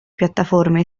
piattaforme